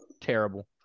Terrible